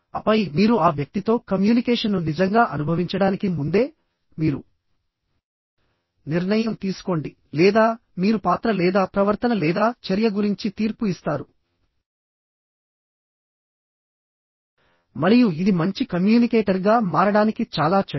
ఆపై మీరు ఆ వ్యక్తితో కమ్యూనికేషన్ను నిజంగా అనుభవించడానికి ముందే మీరు నిర్ణయం తీసుకోండి లేదా మీరు పాత్ర లేదా ప్రవర్తన లేదా చర్య గురించి తీర్పు ఇస్తారు మరియు ఇది మంచి కమ్యూనికేటర్గా మారడానికి చాలా చెడ్డది